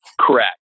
Correct